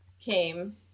came